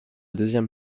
deuxième